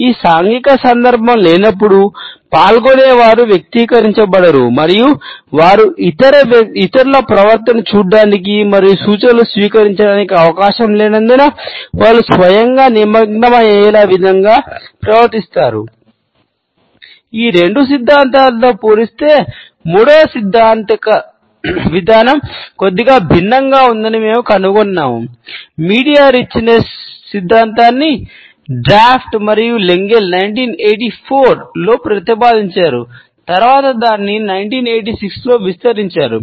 ఈ సాంఘిక సందర్భం లేనప్పుడు పాల్గొనేవారు 1984 లో ప్రతిపాదించారు తరువాత వారు దానిని 1986 లో విస్తరించారు